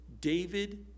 David